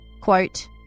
Quote